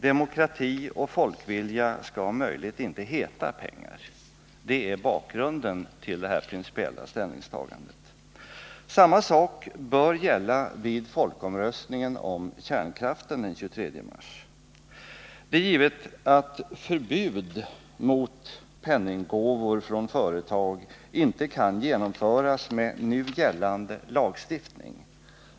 Demokrati och folkvilja skall om möjligt inte heta pengar. Det är bakgrunden till detta principiella ställningstagande. Samma sak bör gälla vid folkomröstningen om kärnkraft den 23 mars. Det är givet att förbud mot penninggåvor från företag inte kan genomföras med nu gällande lagstiftning.